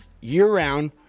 year-round